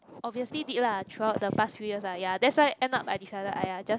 obviously did lah throughout the past few years ah ya that's why end up I decided !aiya! just